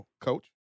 Coach